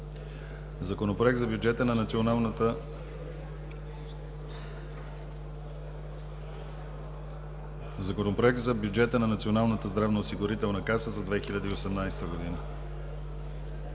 Законопроект за бюджета на Националната здравноосигурителна каса за 2018 г.